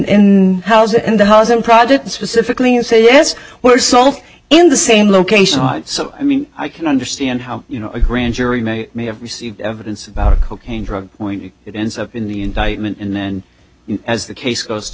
in housing and the housing project specifically say yes were sold in the same location so i mean i can understand how you know a grand jury may may have received evidence about a cocaine drug point and it ends up in the indictment and then as the case goes to